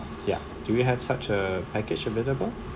ya do you have such a package available